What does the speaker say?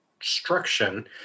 instruction